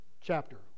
chapter